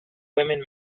women